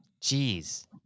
Jeez